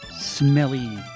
smelly